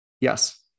Yes